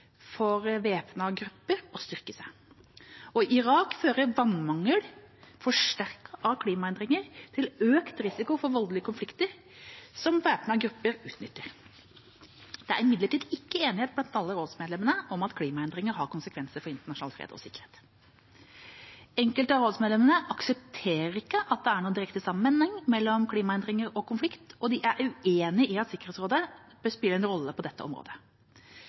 for væpnede grupper å styrke seg. I Irak fører vannmangel, forsterket av klimaendringer, til økt risiko for voldelige konflikter, som væpnede grupper utnytter. Det er imidlertid ikke enighet blant alle rådsmedlemmene om at klimaendringer har konsekvenser for internasjonal fred og sikkerhet. Enkelte av rådsmedlemmene aksepterer ikke at det er noen direkte sammenheng mellom klimaendringer og konflikt. De er uenig i at Sikkerhetsrådet bør spille en rolle på dette området.